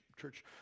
church